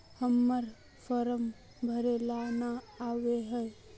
हम्मर फारम भरे ला न आबेहय?